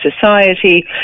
society